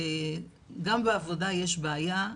גם בעבודה יש בעיה.